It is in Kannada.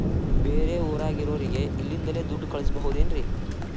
ಬೇರೆ ಊರಾಗಿರೋರಿಗೆ ಇಲ್ಲಿಂದಲೇ ದುಡ್ಡು ಕಳಿಸ್ಬೋದೇನ್ರಿ?